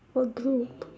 what group